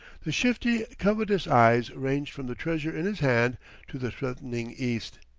the shifty, covetous eyes ranged from the treasure in his hand to the threatening east.